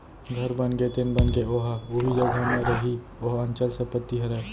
घर बनगे तेन बनगे ओहा उही जघा म रइही ओहा अंचल संपत्ति हरय